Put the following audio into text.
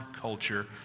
culture